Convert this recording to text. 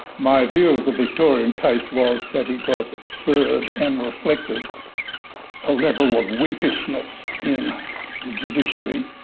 my view of the victorian case was that it was absurd, and reflected a level of wimpishness in the judiciary